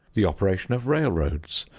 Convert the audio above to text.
the operation of railroads,